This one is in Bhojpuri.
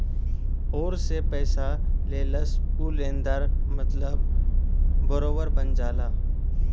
अउर जे पइसा लेहलस ऊ लेनदार मतलब बोरोअर बन जाला